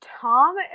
Tom